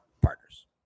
partners